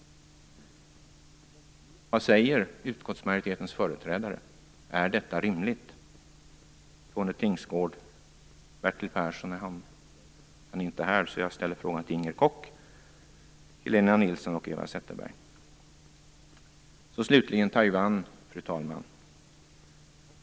Vad säger utskottsmajoritetens företrädare? Är detta rimligt? Vad säger Tone Tingsgård? Bertil Persson är inte här, så jag ställer samma fråga till Inger Koch. Jag ställer den också till Helena Nilsson och Eva Zetterberg. Slutligen, fru talman, vill jag ta upp Taiwan.